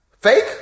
Fake